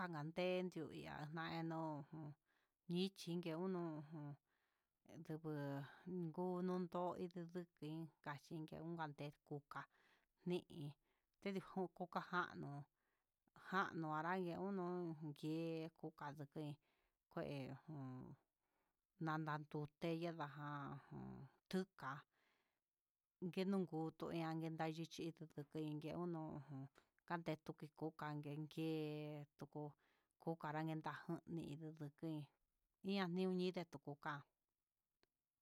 Akande ndio ja meno'ó ñinke chí uno jun, enduu ngu nun do'í he deduki kachindi niguan ndekuu ka'a di'in tedejun nuxuka, jano jano anrangue uun ngué kuakanduke kué un ndadan nduke ya'á, ha jun nduka ngue nunduku nankendayo, dutu nachiyo naken unon nague tuku, kukanrenta njuni tukuin ian ñiudin ndekutuka.